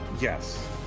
Yes